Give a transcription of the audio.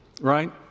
right